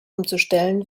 umzustellen